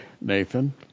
Nathan